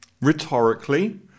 rhetorically